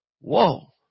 Whoa